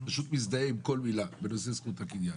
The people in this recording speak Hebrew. פשוט מזדהה עם כל מילה בנושא זכות הקניין.